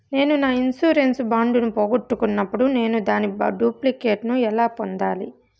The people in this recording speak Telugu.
నేను నా ఇన్సూరెన్సు బాండు ను పోగొట్టుకున్నప్పుడు నేను దాని డూప్లికేట్ ను ఎలా పొందాలి?